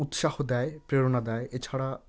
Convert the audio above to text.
উৎসাহ দেয় প্রেরণা দেয় এছাড়া